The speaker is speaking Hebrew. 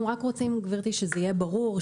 אנחנו רק רוצים שזה יהיה ברור,